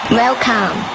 welcome